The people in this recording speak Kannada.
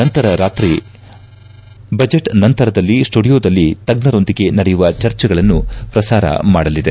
ನಂತರ ರಾತ್ರಿ ಬಜೆಟ್ ನಂತರದಲ್ಲಿ ಸ್ಪುಡಿಯೋದಲ್ಲಿ ತಜ್ಜರೊಂದಿಗೆ ನಡೆಯುವ ಚರ್ಚೆಗಳನ್ನು ಪ್ರಸಾರ ಮಾಡಲಿದೆ